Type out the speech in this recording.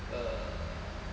err